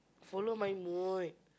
follow my mood